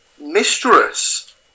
mistress